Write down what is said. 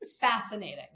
Fascinating